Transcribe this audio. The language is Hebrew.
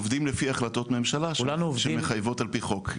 עובדים לפי החלטות ממשלה שמחייבות על פי חוק.